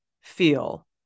feel